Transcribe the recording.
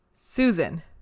Susan